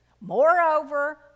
moreover